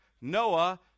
Noah